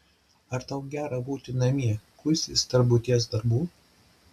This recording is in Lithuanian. ar tau gera būti namie kuistis tarp buities darbų